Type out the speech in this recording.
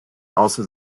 also